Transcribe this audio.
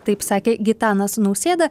taip sakė gitanas nausėda